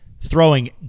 throwing